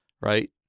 right